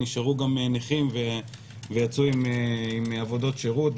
נשארו גם נכים והנאשמים יצאו עם עבודות שירות.